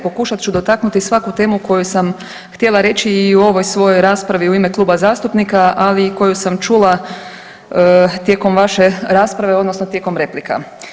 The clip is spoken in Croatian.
Pokušat ću dotaknuti svaku temu koju sam htjela reći i u ovoj svojoj raspravi u ime kluba zastupnika, ali i koju sam čula tijekom vaše rasprave, odnosno tijekom replika.